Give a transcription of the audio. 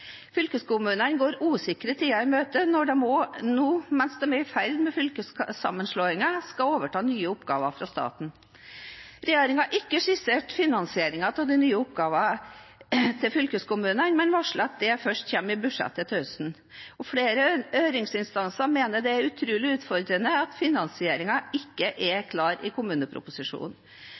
Fylkeskommunene går usikre tider i møte når de også nå, mens de er i ferd med fylkessammenslåinger, skal overta nye oppgaver fra staten. Regjeringen har ikke skissert finansieringen av de nye oppgavene til fylkeskommunene, men har varslet at det først kommer i budsjettet til høsten. Flere høringsinstanser mener det er utrolig utfordrende at finansieringen ikke er klar i kommuneproposisjonen.